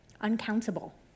uncountable